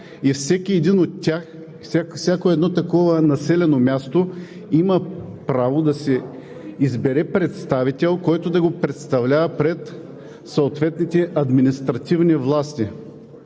и с по пет. Всяко такова населено място има право да си избере представител, който да го представлява пред съответните административни власти.